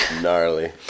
Gnarly